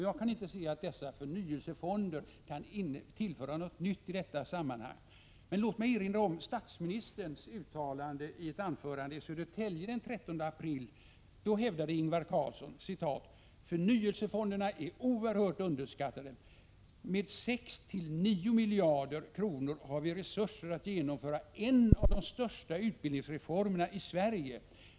Jag kan inte se att dessa förnyelsefonder kan tillföra något nytt i detta sammanhang. Men låt mig erinra om statsministerns uttalande i ett anförande i Södertälje den 13 april. Då hävdade Ingvar Carlsson: ”Förnyelsefonderna är oerhört underskattade. Med sex till nio miljarder kronor har vi resurser att genomföra en av de största utbildningsreformerna i Sverige.